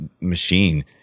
machine